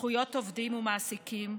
זכויות עובדים ומעסיקים,